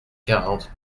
quarante